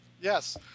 yes